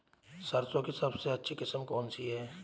सरसों की सबसे अच्छी किस्म कौन सी है?